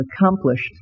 accomplished